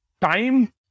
time